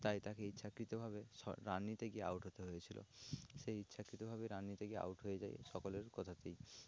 তাই তাকে ইচ্ছাকৃতভাবে রান নিতে গিয়ে আউট হতে হয়েছিলো সে ইচ্ছাকৃতভাবে রান নিতে গিয়ে আউট হয়ে যায় সকলের কথাতেই